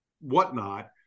whatnot